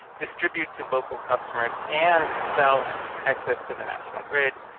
distribute to local customers and sell excess to the national grid.